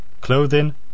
clothing